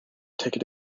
ticket